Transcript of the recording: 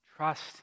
trust